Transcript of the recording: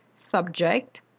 subject